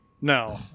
No